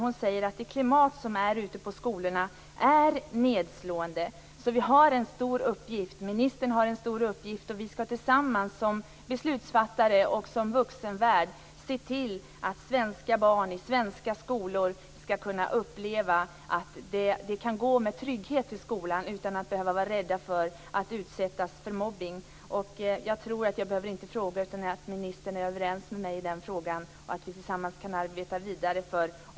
Hon säger att det klimat som råder ute på skolorna är nedslående, så vi har en stor uppgift. Ministern har en stor uppgift, och vi skall tillsammans, som beslutsfattare och som vuxenvärld, se till att svenska barn i svenska skolor skall kunna uppleva att de kan gå med trygghet till skolan, utan att behöva vara rädda för att utsättas för mobbning. Jag tror inte att jag behöver fråga, utan ministern är överens med mig i den frågan. Vi kan tillsammans arbeta vidare för detta.